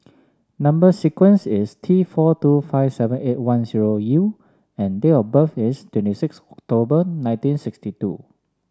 number sequence is T four two five seven eight one zero U and date of birth is twenty six October nineteen sixty two